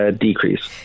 decrease